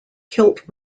kilt